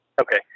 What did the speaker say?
Okay